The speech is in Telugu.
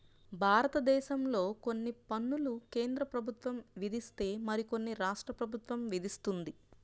భారతదేశంలో కొన్ని పన్నులు కేంద్ర ప్రభుత్వం విధిస్తే మరికొన్ని రాష్ట్ర ప్రభుత్వం విధిస్తుంది